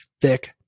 thick